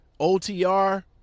OTR